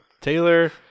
Taylor